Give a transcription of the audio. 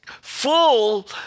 full